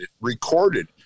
recorded